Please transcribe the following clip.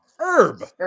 Herb